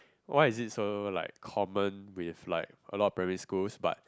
why is it so like common with a lot of primary schools but